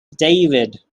david